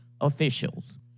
officials